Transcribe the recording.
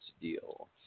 deal